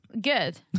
Good